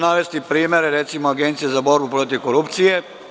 Navešću primer recimo Agencije za borbu protiv korupcije.